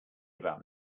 about